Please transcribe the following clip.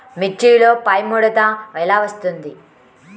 మిర్చిలో పైముడత ఎలా వస్తుంది?